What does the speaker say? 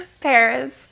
Paris